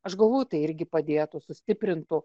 aš galvoju tai irgi padėtų sustiprintų